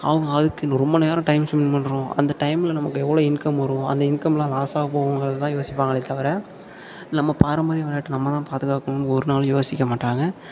அவங்க அதுக்கு ரொம்ப நேரம் டைம் ஸ்பெண்ட் பண்ணுறோம் அந்த டைமில் நமக்கு எவ்வளோ இன்கம் வரும் அந்த இன்கமெலாம் லாஸாக போகுங்கிறது தான் யோசிப்பாங்களே தவிர நம்ம பாரம்பரிய விளையாட்டை நம்மதான் பாதுகாக்கணுன்னு ஒரு நாளும் யோசிக்க மாட்டாங்க